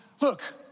look